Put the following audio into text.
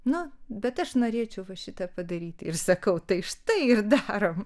nu bet aš norėčiau šitą padaryti ir sakau tai štai ir darom